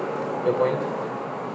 your point